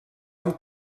amb